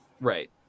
right